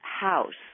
house